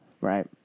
Right